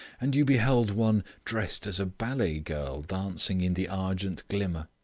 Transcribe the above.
and you beheld one dressed as a ballet girl dancing in the argent glimmer.